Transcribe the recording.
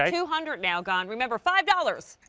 yeah two hundred now gone. remember five dollars.